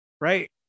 right